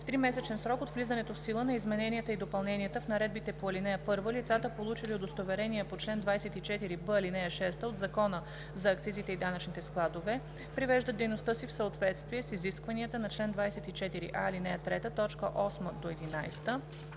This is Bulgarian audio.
В тримесечен срок от влизането в сила на измененията и допълненията в наредбите по ал. 1 лицата, получили удостоверения по чл. 24б, ал. 6 от Закона за акцизите и данъчните складове, привеждат дейността си в съответствие с изискванията на чл. 24а, ал. 3, т.